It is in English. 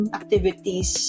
activities